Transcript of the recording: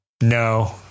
no